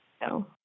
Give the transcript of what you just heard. No